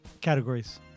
categories